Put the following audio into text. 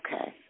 Okay